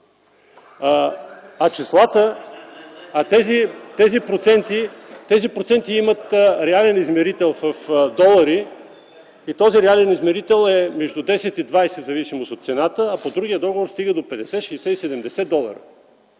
Тези проценти имат реален измерител в долари. Този реален измерител е между 10 и 20, в зависимост от цената, а по другия договор достига до 50-60-70 долара.